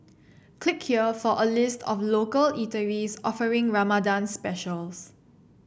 click here for a list of local eateries offering Ramadan specials